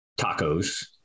tacos